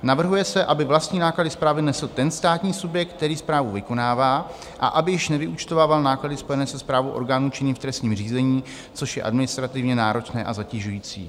Navrhuje se, aby vlastní náklady správy nesl ten státní subjekt, který správu vykonává, a aby již nevyúčtovával náklady spojené se správou orgánů činných v trestním řízení, což je administrativně náročné a zatěžující.